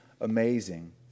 amazing